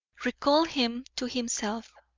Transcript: recalled him to himself.